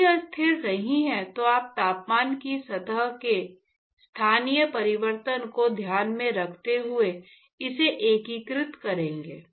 यदि यह स्थिर नहीं है तो आप तापमान की सतह के स्थानीय परिवर्तन को ध्यान में रखते हुए इसे एकीकृत करेंगे